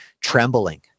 trembling